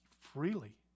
freely